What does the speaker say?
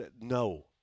no